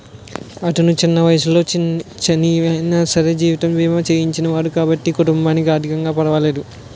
అతను చిన్న వయసులోనే చనియినా సరే జీవిత బీమా చేయించినాడు కాబట్టి కుటుంబానికి ఆర్ధికంగా పరవాలేదు